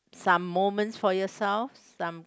some moments for yourself some